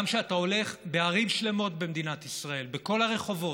בערים שלמות במדינת ישראל, בכל הרחובות,